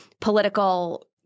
political